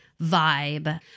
vibe